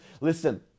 listen